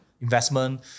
investment